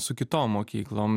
su kitom mokyklom